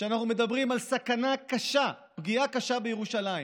שאנחנו מדברים על סכנה קשה, פגיעה קשה בירושלים,